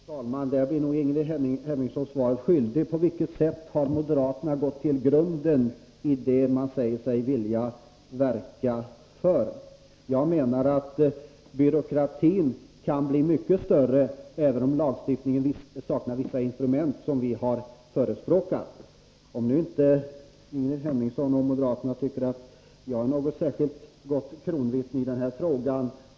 Fru talman! Jag tror nog Ingrid Hemmingsson blir svaret skyldig, om hon avser att försöka beskriva på vilket sätt moderaterna har gått till grunden med det som de säger sig vilja verka för. Jag menar att byråkratins framtida tillväxt inte har något samband med om lagstiftningen saknar vissa av de instrument som vi har förespråkat eller inte. Det må vara Ingrid Hemmingsson obetaget att tycka att jag inte är något särskilt gott vittne i den här frågan.